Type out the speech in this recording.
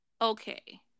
Okay